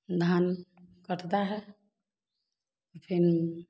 धान कटता है तो फिर